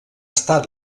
estat